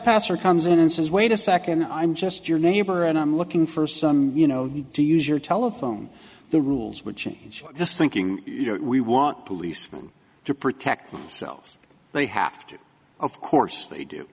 trespasser comes in and says wait a second i'm just your neighbor and i'm looking for some you know you do use your telephone the rules would change his thinking we want policeman to protect themselves they have to of course they do